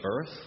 earth